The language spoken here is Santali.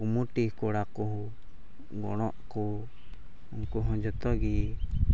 ᱠᱚᱢᱤᱴᱤ ᱠᱚᱲᱟ ᱠᱚ ᱜᱚᱲᱚᱜ ᱠᱚ ᱩᱱᱠᱩ ᱦᱚᱸ ᱡᱚᱛᱚ ᱜᱮ